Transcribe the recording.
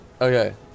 Okay